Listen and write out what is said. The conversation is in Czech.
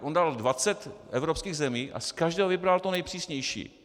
On dal dvacet evropských zemí a z každé vybral to nejpřísnější.